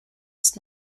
ist